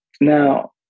Now